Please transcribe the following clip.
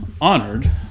honored